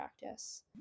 practice